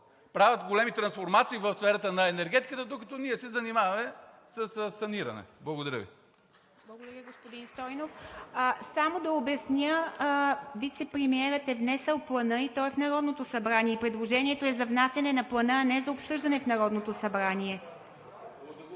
правят големи трансформации в сферата на енергетиката, докато ние се занимаваме със саниране. Благодаря Ви. ПРЕДСЕДАТЕЛ ИВА МИТЕВА: Благодаря, господин Стойнев. Само да обясня, че вицепремиерът е внесъл Плана. Той е в Народното събрание. Предложението е за внасяне на Плана, а не за обсъждане в Народното събрание. (Реплики